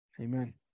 Amen